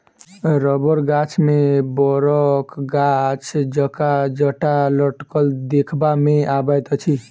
रबड़ गाछ मे बड़क गाछ जकाँ जटा लटकल देखबा मे अबैत अछि